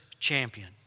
champion